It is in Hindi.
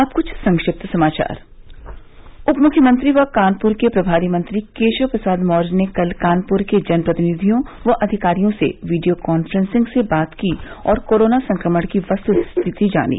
और अब कुछ संक्षिप्त समाचार उपमुख्यमंत्री व कानपुर के प्रभारी मंत्री केशव प्रसाद मौर्य ने कल कानपुर के जनप्रतिनिधियों व अधिकारियों से वीडियो काफ्रेंस से बात की और कोरोना संक्रमण की वस्तुस्थिति जानी